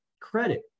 credit